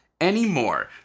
anymore